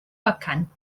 vacant